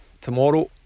tomorrow